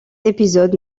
épisodes